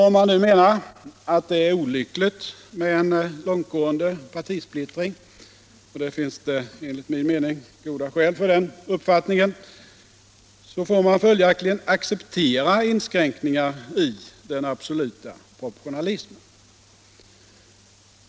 Om man nu anser att det är olyckligt med en långtgående partisplittring = det finns enligt min mening goda skäl för den uppfattningen — får man följaktligen acceptera inskränkningar i den absoluta proportionalismen.